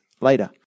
later